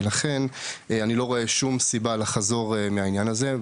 ולכן אני לא רואה שום סיבה לחזור מהעניין הזה.